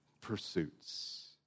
pursuits